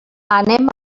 anem